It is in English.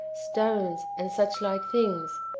stones, and such like things?